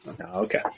Okay